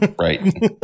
right